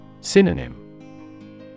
Synonym